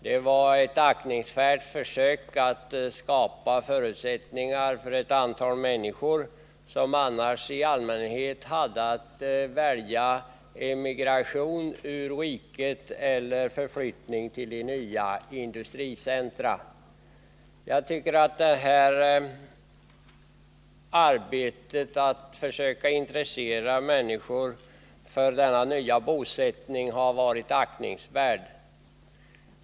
Det var ett aktningsvärt försök att skapa förutsättningar för ett antal människor, som annars i allmänhet hade att välja emigration ur riket eller förflyttning till de nya industricentra. Det här arbetet att försöka intressera människor för denna nya bosättning har alltså varit aktningsvärt.